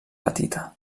petita